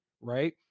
right